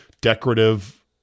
decorative